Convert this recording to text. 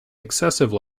excessive